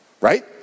Right